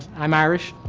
i'm irish.